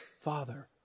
father